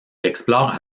explore